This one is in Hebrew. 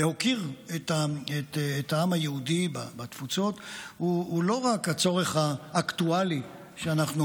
להוקיר את העם היהודי בתפוצות הוא לא רק הצורך האקטואלי שאנחנו